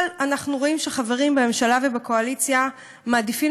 אבל אנחנו רואים שחברים בממשלה ובקואליציה מעדיפים